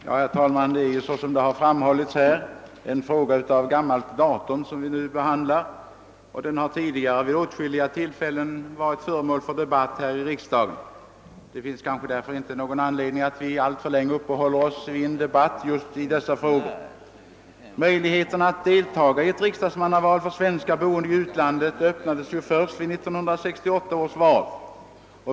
Herr talman! Den fråga vi nu behandlar är, som det redan framhållits av ganska gammalt datum. Den har tidigare vid åtskilliga tillfällen varit föremål för debatt här i riksdagen, och det finns kanske därför inte någon anledning att vi alltför länge uppehåller oss vid just denna fråga. Möjligheterna för svenskar, boende i utlandet, att delta i ett riksdagsmannaval öppnades först vid 1968 års val.